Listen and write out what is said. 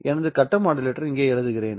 எனது கட்ட மாடுலேட்டரை இங்கே எழுதுகிறேன்